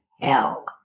hell